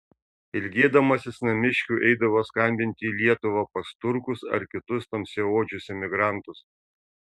ilgėdamasis namiškių eidavo skambinti į lietuvą pas turkus ar kitus tamsiaodžius emigrantus